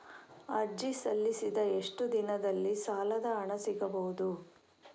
ಅರ್ಜಿ ಸಲ್ಲಿಸಿದ ಎಷ್ಟು ದಿನದಲ್ಲಿ ಸಾಲದ ಹಣ ಸಿಗಬಹುದು?